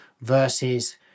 versus